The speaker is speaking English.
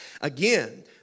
Again